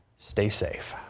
stay safe.